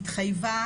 התחייבה